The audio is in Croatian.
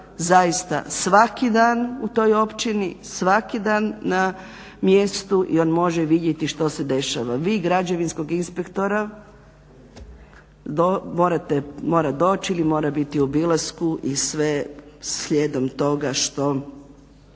zaista svaki dan u toj općini, svaki dan na mjestu i on može vidjeti što se dešava. Vi građevinskog inspektora mora doći ili mora biti u obilasku i sve slijedom toga o